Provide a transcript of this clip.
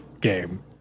game